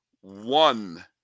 one